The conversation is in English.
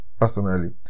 personally